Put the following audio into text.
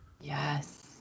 Yes